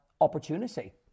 opportunity